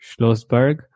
Schlossberg